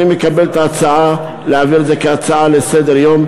אני מקבל את ההצעה להעביר את זה כהצעה לסדר-היום,